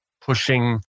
pushing